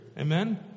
Amen